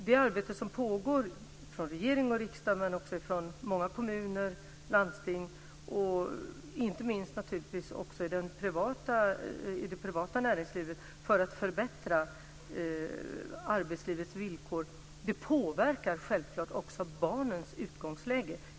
Det arbete som pågår i regering och riksdag, men också i många kommuner och landsting och inte minst i det privata näringslivet, för att förbättra arbetslivets villkor påverkar självklart också barnens utgångsläge.